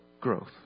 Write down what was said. growth